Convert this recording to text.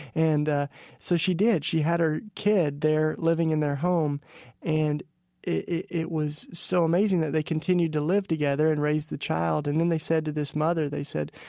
and ah so, she did. she had her kid there, living in their home and it it was so amazing that they continued to live together and raise the child. and then, they said to this mother, they said,